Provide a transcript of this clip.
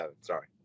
Sorry